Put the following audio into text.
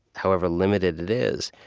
however limited it is,